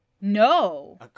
no